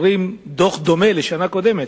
אומרים שהוא דומה לזה של השנה הקודמת.